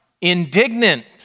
indignant